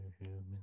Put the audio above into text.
human